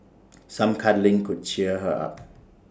some cuddling could cheer her up